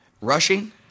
Rushing